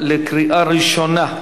הצרכן (תיקון,